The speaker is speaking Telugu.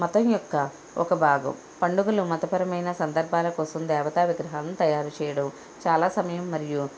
మతం యొక్క ఒక భాగం పండుగలు మతపరమైన సందర్భాల కోసం దేవతా విగ్రహాలను తయారు చేయడం చాలా సమయం మరియు